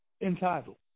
entitled